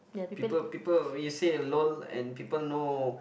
people people you say alone and people know